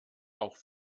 auch